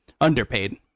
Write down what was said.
underpaid